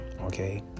Okay